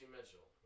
Mitchell